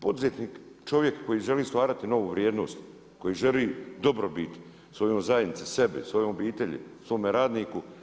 Poduzetnik je čovjek koji želi stvarati novu vrijednost, koji želi dobrobit svojoj zajednici, sebi, svojoj obitelji, svome radniku.